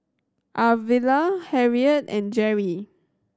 Arvilla Harriette and Jerrie